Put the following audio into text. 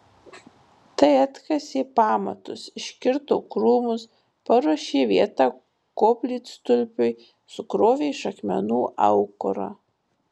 tai atkasė pamatus iškirto krūmus paruošė vietą koplytstulpiui sukrovė iš akmenų aukurą